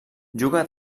juga